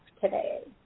today